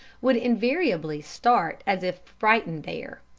would invariably start as if frightened there,